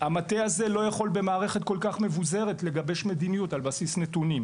המטה הזה לא יכול במערכת כל-כך מבוזרת לגבש מדיניות על בסיס נתונים,